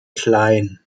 klein